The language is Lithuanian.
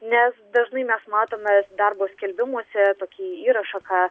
nes dažnai mes matome darbo skelbimuose tokį įrašą ką